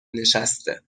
نشسته